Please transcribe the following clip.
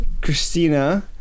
Christina